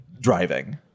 driving